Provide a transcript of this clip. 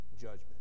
judgment